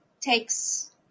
takes